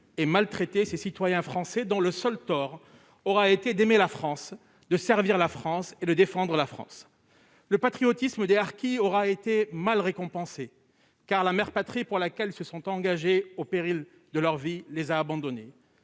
et accueilli ces citoyens français, dont le seul tort aura été d'aimer la France, de la servir et de la défendre. Le patriotisme des harkis a été bien mal récompensé : la mère patrie pour laquelle ils se sont engagés au péril de leur vie les a abandonnés.